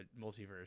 Multiverse